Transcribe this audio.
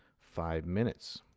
five minutes.